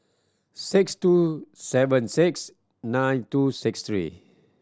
six two seven six nine two six three